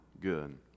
good